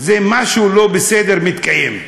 משהו לא בסדר מתקיים.